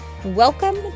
Welcome